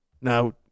Now